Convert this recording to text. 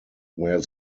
where